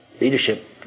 leadership